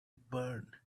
burn